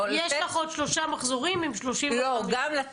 --- יש לך עוד שלושה מחזורים עם 35 --- זה